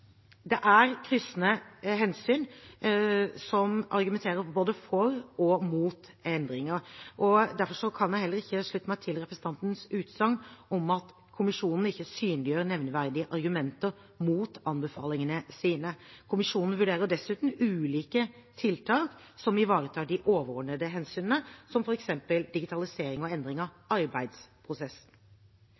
Det er kryssende hensyn som argumenterer både for og mot endringer, og derfor kan jeg heller ikke slutte meg til representantens utsagn om at kommisjonen ikke synliggjør nevneverdige argumenter mot anbefalingene sine. Kommisjonen vurderer dessuten ulike tiltak som ivaretar de overordnede hensynene, som f.eks. digitalisering og endring av arbeidsprosess.